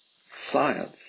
science